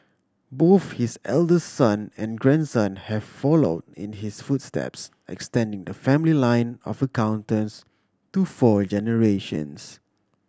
both his eldest son and grandson have follow in his footsteps extending the family line of accountants to four generations